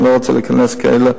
אני לא רוצה להיכנס כעת,